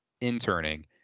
interning